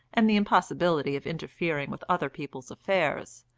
and the impossibility of interfering with other people's affairs,